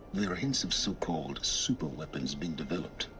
there are hints of so called super weapons being developed